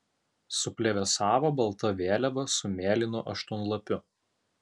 suplevėsavo balta vėliava su mėlynu aštuonlapiu